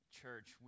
church